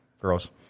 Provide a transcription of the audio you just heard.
gross